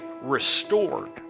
restored